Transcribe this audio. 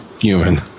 human